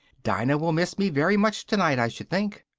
dinah will miss me very much tonight, i should think!